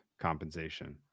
compensation